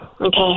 Okay